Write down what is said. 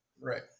Right